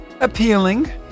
appealing